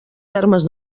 termes